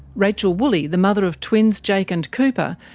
rachel woolley, the mother of twins jake and cooper,